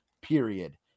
Period